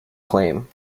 claim